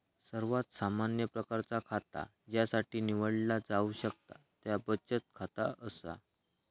सर्वात सामान्य प्रकारचा खाता ज्यासाठी निवडला जाऊ शकता त्या बचत खाता असा